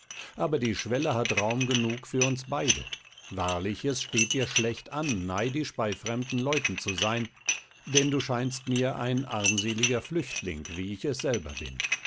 aber die schwelle hat raum genug für uns beide wahrlich es steht dir schlecht an neidisch bei fremden leuten zu sein denn du scheinst mir ein armseliger flüchtling wie ich selber es bin